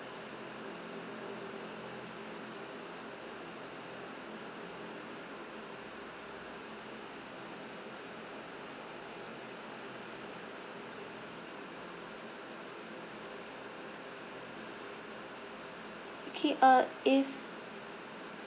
okay uh if